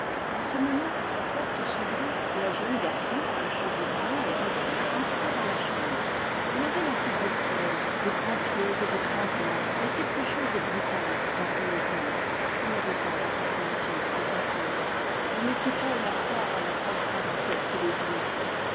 a ce moment la porte s'ouvrit et un jeune garçon aux cheveux bruns hérissés entra dans la chambre il avait la figure pleine de grands pieds et de grandes mains et quelque chose de brutal dans ses mouvements il n'avait pas la distinction de sa sœur on eût eu peine à croire à la proche parenté qui les unissait